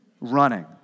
running